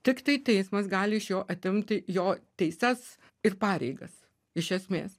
tiktai teismas gali iš jo atimti jo teises ir pareigas iš esmės